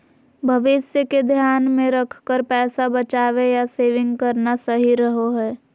भविष्य के ध्यान मे रखकर पैसा बचावे या सेविंग करना सही रहो हय